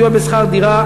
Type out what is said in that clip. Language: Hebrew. סיוע בשכר דירה